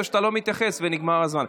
או שאתה לא מתייחס ונגמר הזמן.